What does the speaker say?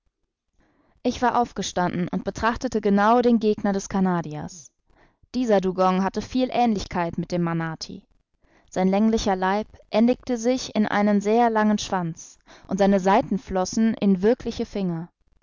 ich war aufgestanden und betrachtete genau den gegner des canadiers dieser dugong hatte viel aehnlichkeit mit dem manati sein länglicher leib endigte sich in einen sehr langen schwanz und seine seitenflossen in wirkliche finger